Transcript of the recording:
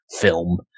film